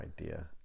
idea